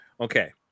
Okay